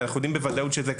אנחנו יודעים בוודאות שזה קרה.